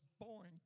born